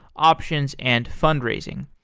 options, and fundraising.